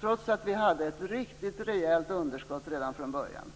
trots att vi hade ett riktigt rejält underskott redan från början.